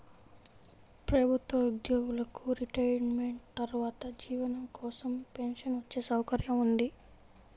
ప్రభుత్వ ఉద్యోగులకు రిటైర్మెంట్ తర్వాత జీవనం కోసం పెన్షన్ వచ్చే సౌకర్యం ఉంది